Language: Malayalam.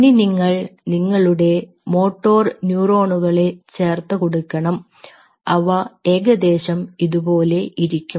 ഇനി നിങ്ങൾ നിങ്ങളുടെ മോട്ടോർ ന്യൂറോണുകളുടെ ചേർത്തുകൊടുക്കണം അവ ഏകദേശം ഇതുപോലെ ഇരിക്കും